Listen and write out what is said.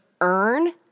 earn